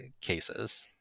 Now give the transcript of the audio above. cases